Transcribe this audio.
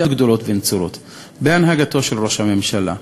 גדולות ונצורות בהנהגתו של ראש הממשלה,